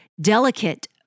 delicate